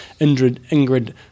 Ingrid